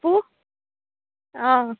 హు